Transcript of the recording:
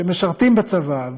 שמשרתים בצבא,